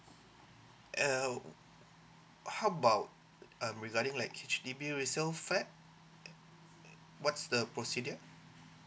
err how about um regarding like H_D_B resale flat what's the procedures